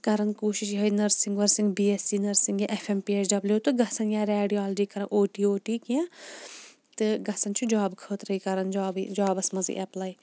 کَرَان کوٗشِش یِہے نٔرسِنٛگ ؤرسِنٛگ بی ایٚس سی نٔرسِنٛگ یا F M P H W تہٕ گَژھَن ریڈیالجی کَرَن او ٹی او ٹی کینٛہہ تہٕ گَژھَان چھِ جابہٕ خٲطرے کَران جابٕے جابَس مَنٛزٕے ایٚپلاے